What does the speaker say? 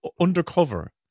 undercover